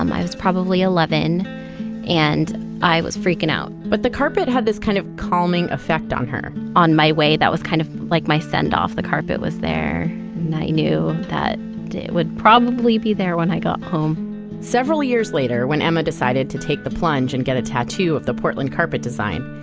um i was probably eleven and i was freaking out but the carpet had this kind of calming effect on her on my way, that was kind of like my sendoff, the carpet was there and i knew that it would probably be there when i got home several years later, when emma decided to take the plunge and get a tattoo of the portland carpet design,